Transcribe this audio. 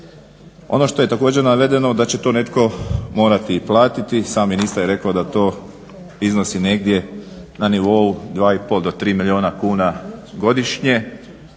Ono što je također navedeno da će to netko morati i platiti, sam ministar je rekao da to iznosi negdje na nivou 2,5 do 3 milijuna kuna godišnje.